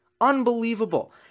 Unbelievable